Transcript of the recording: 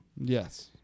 yes